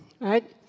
right